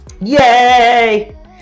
yay